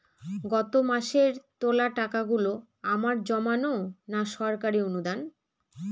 গত মাসের তোলা টাকাগুলো আমার জমানো না সরকারি অনুদান?